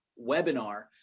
webinar